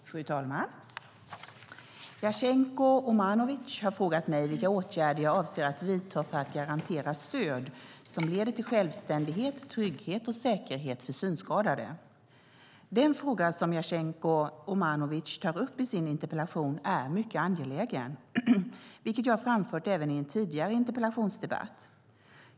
Fru talman! Jasenko Omanovic har frågat mig vilka åtgärder jag avser att vidta för att garantera stöd som leder till självständighet, trygghet och säkerhet för synskadade. Den fråga Jasenko Omanovic tar upp i sin interpellation är mycket angelägen, vilket jag framfört även i en tidigare interpellationsdebatt.